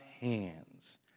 hands